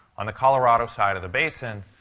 on the colorado side of the basin,